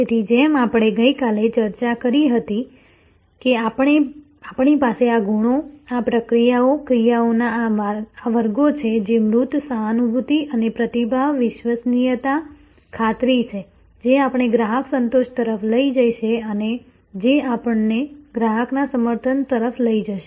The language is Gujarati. તેથી જેમ આપણે ગઈકાલે ચર્ચા કરી હતી કે આપણી પાસે આ ગુણો આ પ્રક્રિયાઓ ક્રિયાઓના આ વર્ગો છે જે મૂર્ત સહાનુભૂતિ અને પ્રતિભાવ વિશ્વસનીયતા ખાતરી છે જે આપણને ગ્રાહક સંતોષ તરફ લઈ જશે અને જે આપણને ગ્રાહકના સમર્થન તરફ લઈ જશે